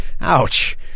ouch